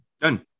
Done